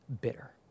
bitter